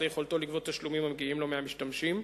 ליכולתו לגבות תשלומים המגיעים לו מהמשתמשים,